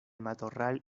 matorral